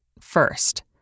first